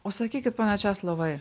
o sakykit pone česlovai